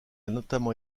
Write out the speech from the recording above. notamment